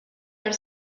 elle